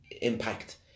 impact